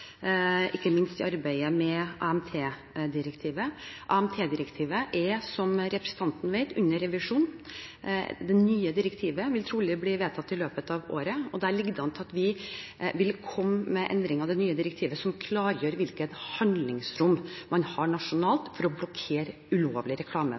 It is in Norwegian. ikke minst i arbeidet med AMT-direktivet. AMT-direktivet er, som representanten vet, under revisjon. Det nye direktivet vil trolig bli vedtatt i løpet av året, og da ligger det an til at vi vil komme med endring av det nye direktivet som klargjør hvilket handlingsrom man har nasjonalt for å blokkere ulovlig reklame